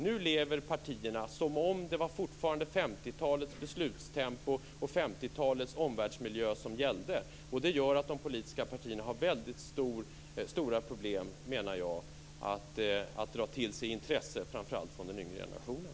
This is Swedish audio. Nu lever partierna som om det fortfarande var 1950-talets beslutstempo och 1950-talets omvärldsmiljö som gällde. Det gör att de politiska partierna har stora problem, menar jag, att dra till sig intresse framför allt från den yngre generationen.